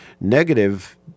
Negative